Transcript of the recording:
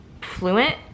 fluent